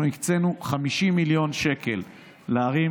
הקצינו 50 מיליון שקל לערים